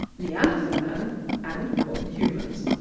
neanderthal man and modern humans.